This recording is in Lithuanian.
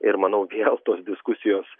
ir manau vėl tos diskusijos